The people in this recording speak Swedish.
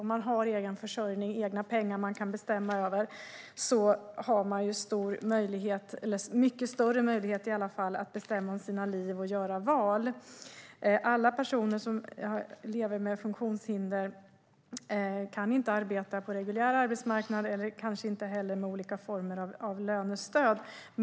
Om man har egen försörjning och egna pengar som man kan bestämma över har man mycket större möjlighet att bestämma över sitt liv och göra sina val. Alla personer som lever med funktionshinder kan inte arbeta på den reguljära arbetsmarknaden och kanske inte heller med olika former av lönestöd.